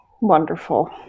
Wonderful